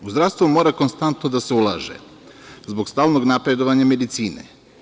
U zdravstvo mora konstantno da se ulaže zbog stalnog napredovanja medicine.